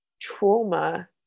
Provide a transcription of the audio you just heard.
trauma